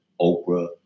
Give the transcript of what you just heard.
Oprah